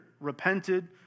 repented